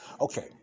Okay